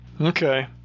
Okay